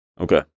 Okay